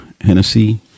Hennessy